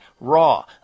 raw